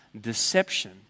deception